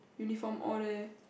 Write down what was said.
uniform all there